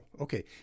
Okay